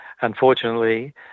Unfortunately